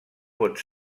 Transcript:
pot